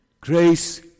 grace